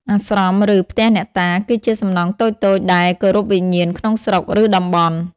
អាស្រម ឬ ផ្ទះអ្នកតា គឺជាសំណង់តូចៗដែលគោរពវិញ្ញាណក្នុងស្រុក ឬ តំបន់។